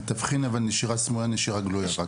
אבל תבחין בין נשירה סמויה לנשירה גלויה.